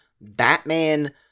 Batman